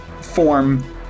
form